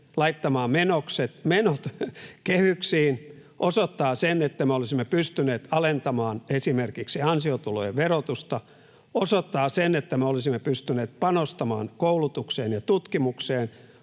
laittamaan menot kehyksiin, osoittaa sen, että me olisimme pystyneet alentamaan esimerkiksi ansiotulojen verotusta, osoittaa sen, että me olisimme pystyneet panostamaan koulutukseen ja tutkimukseen,